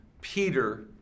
Peter